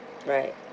right